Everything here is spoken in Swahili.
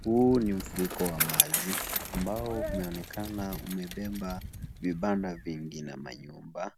Huu ni mfuriko wa maji, ambao umeonekana umebeba vibanda vingi na manyumba.